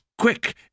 quick